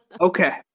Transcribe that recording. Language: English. Okay